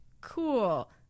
cool